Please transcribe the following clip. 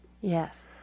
Yes